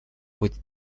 быть